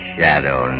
Shadow